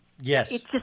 Yes